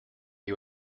you